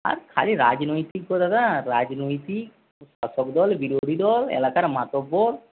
আর খালি রাজনৈতিক গো দাদা রাজনৈতিক শাসক দল বিরোধীদল এলাকার মাতব্বর